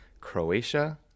Croatia